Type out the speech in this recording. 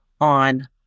on